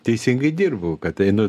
teisingai dirbu kad einu